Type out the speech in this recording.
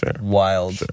wild